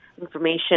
information